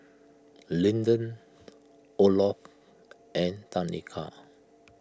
Linden Olof and Tanika